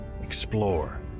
Explore